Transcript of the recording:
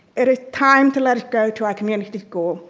it is time to let it go to our community school.